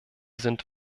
sind